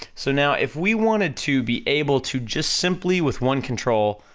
so now if we wanted to be able to just simply, with one control,